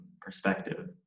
perspective